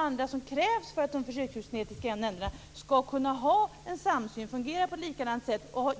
Allt det som krävs för att de djurförsöksetiska nämnderna skall kunna ha en samsyn, fungera likadant och